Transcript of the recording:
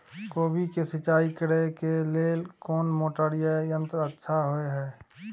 कोबी के सिंचाई करे के लेल कोन मोटर या यंत्र अच्छा होय है?